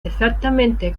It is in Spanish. exactamente